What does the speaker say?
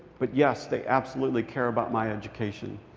but, yes, they absolutely care about my education.